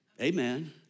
Amen